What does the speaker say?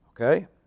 okay